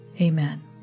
Amen